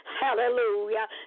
hallelujah